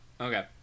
okay